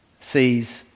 sees